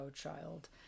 child